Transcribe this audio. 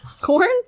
Corn